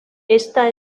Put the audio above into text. ésta